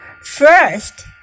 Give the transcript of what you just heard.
First